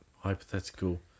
hypothetical